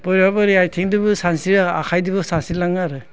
बोरैबा बोरैबि आइथिंजोंबो सानस्रियो आखाइजोंबो सानस्रिलाङो आरो